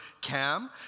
Cam